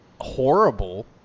horrible